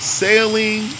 sailing